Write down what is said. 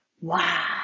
wow